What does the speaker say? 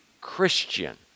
Christian